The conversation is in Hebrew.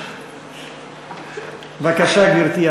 בבקשה, גברתי.